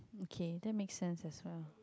okay that makes sense as well